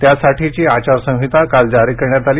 त्यासाठीची आचारसंहिता काल जारी करण्यात आली